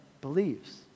believes